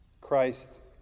Christ